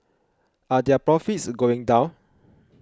are their profits going down